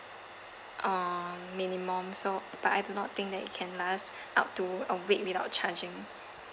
uh minimum so but I do not think that it can last up to a week without charging